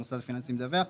המוסד הפיננסי מדווח.